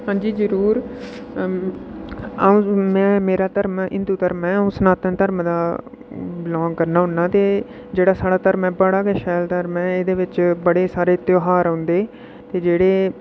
हां जी जरूर अ अ'ऊं में मेरा धर्म हिंदू धर्म ऐ अ'ऊं सनातन धर्म दा बिलांग करना होन्नां ते जेह्ड़ा साढ़ा धर्म ऐ बड़ा गै शैल धर्म ऐ एह्दे बिच्च बड़े सारे ध्यार औंदे ते जेह्ड़े